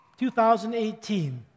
2018